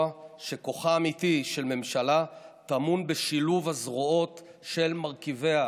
שכוחה האמיתי של ממשלה טמון בשילוב הזרועות של מרכיביה,